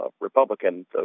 Republican